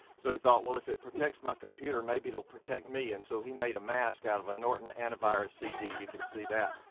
so he thought well if it protects my computer maybe it'll protect me. and so he made a mask out of a norton antivirus cd, you can see that.